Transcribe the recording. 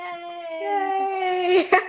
Yay